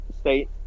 state